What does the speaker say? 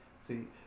See